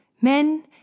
Men